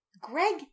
Greg